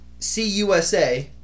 CUSA